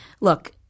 look